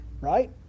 right